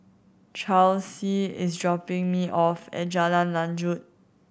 Charlsie is dropping me off at Jalan Lanjut